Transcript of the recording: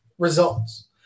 Results